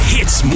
Hits